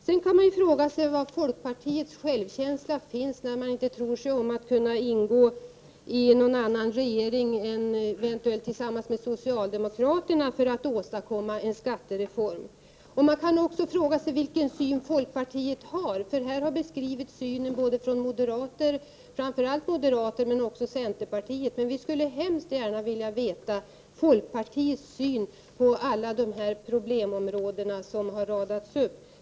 Man kan också fråga sig var folkpartiets självkänsla finns när det inte tror sig om att kunna ingå i en regering annat än tillsammans med socialdemokraterna, för att åstadkomma en skattereform. Man kan också fråga sig vilken uppfattning folkpartiet har. Framför allt moderaternas, men också centerpartiets uppfattning har vi fått reda på, men vi skulle väl mycket gärna vilja veta folkpartiets uppfattning om alla de problemområden som här har radats upp.